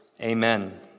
Amen